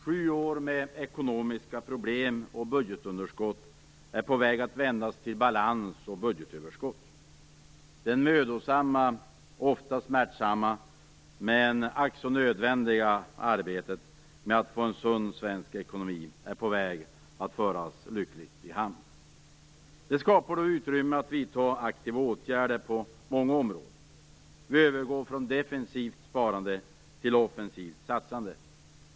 Sju år med ekonomiska problem och budgetunderskott är på väg att vändas till balans och budgetöverskott. Det mödosamma, ofta smärtsamma, men ack så nödvändiga arbetet med att få en sund svensk ekonomi är på väg att föras lyckligt i hamn. Det skapar då utrymme för att vi skall kunna vidta aktiva åtgärder på många områden. Vi övergår från defensivt sparande till offensivt satsande.